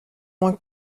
moins